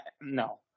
no